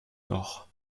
nord